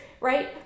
right